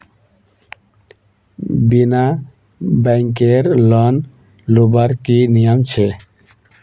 बिना बैंकेर लोन लुबार की नियम छे?